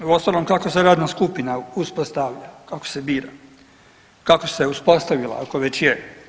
Uostalom kako se radna skupina uspostavlja, kako se bira, kako se uspostavila ako već je.